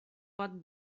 pot